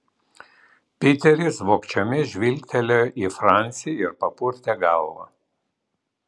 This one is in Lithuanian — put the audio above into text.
piteris vogčiomis žvilgtelėjo į francį ir papurtė galvą